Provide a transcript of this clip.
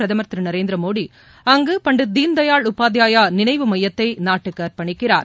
உள்ளபாதவ் பிரதமர் திருநரேந்திரமோடி அங்கு பண்ட்ட தீன்தயாள் உபாத்யாயாநினைவு மையத்தைநாட்டுக்குஅர்ப்பணிக்கிறார்